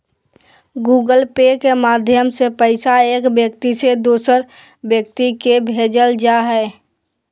Google pay के माध्यम से पैसा एक व्यक्ति से दोसर व्यक्ति के भेजल जा हय